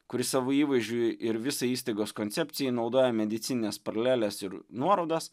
kuri savo įvaizdžiui ir visai įstaigos koncepcijai naudoja medicinines paraleles ir nuorodas